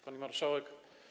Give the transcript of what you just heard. Pani Marszałek!